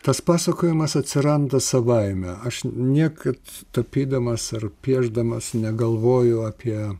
tas pasakojimas atsiranda savaime aš niekad tapydamas ar piešdamas negalvoju apie